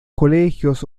colegios